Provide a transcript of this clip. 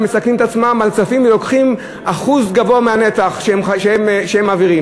ומסכנים את עצמם על כספים ולוקחים אחוז גבוה מהנתח שהם מעבירים?